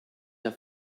der